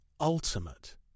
ultimate